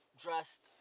dressed